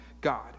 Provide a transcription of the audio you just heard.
God